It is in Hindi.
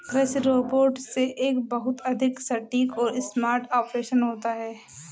कृषि रोबोट से एक बहुत अधिक सटीक और स्मार्ट ऑपरेशन होता है